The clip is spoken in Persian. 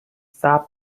صبر